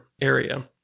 area